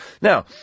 Now